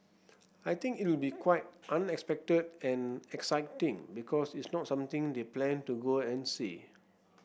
I think it will be quite unexpected and exciting because it's not something they plan to go and see